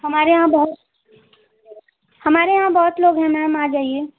हमारे यहाँ बहुत हमारे यहाँ बहुत लोग हैं मैम आ जाइए